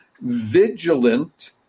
vigilant